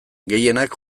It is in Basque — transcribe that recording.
gehienak